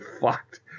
fucked